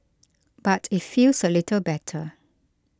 but it feels a little better